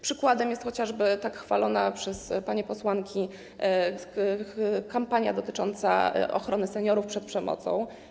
Przykładem jest chociażby tak chwalona przez panie posłanki kampania dotycząca ochrony seniorów przed przemocą.